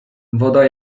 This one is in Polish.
woda